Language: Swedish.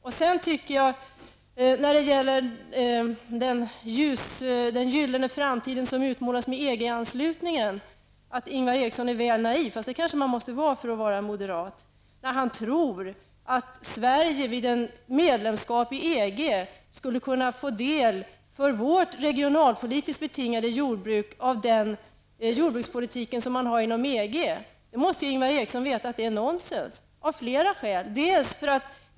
Jag tycker att Ingvar Eriksson är naiv när han utmålar en gyllene framtid i och med EG anslutningen. Men man måste kanske vara naiv för att kunna vara moderat. Ingvar Eriksson tycks tro att Sverige vid ett medlemskap i EG, för vårt regionalpolitiskt betingade jordbruk skall få del av den jordbrukspolitik som man för inom EG. Ingvar Eriksson måste veta att det är nonsens av flera skäl.